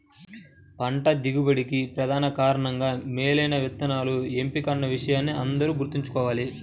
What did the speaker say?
పంట దిగుబడికి ప్రధాన కారణంగా మేలైన విత్తనాల ఎంపిక అన్న విషయాన్ని అందరూ గుర్తుంచుకోవాలి